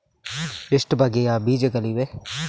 ಎಷ್ಟು ಬಗೆಯ ಬೀಜಗಳಿವೆ?